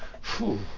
Phew